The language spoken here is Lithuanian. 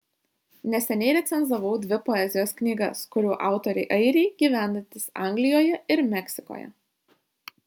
neseniai recenzavau dvi poezijos knygas kurių autoriai airiai gyvenantys anglijoje ir meksikoje